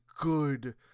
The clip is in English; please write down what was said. good